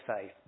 faith